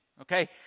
okay